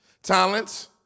Talents